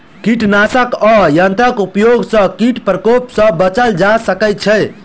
कीटनाशक आ यंत्रक उपयोग सॅ कीट प्रकोप सॅ बचल जा सकै छै